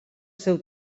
seu